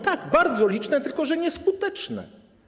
Tak, bardzo liczne, tylko że nieskuteczne.